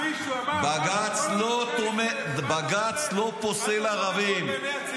--- לבחור להיות כאן --- אתה בקריאה ראשונה.